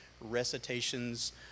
recitations